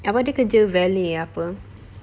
abah dia kerja valet apa